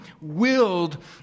willed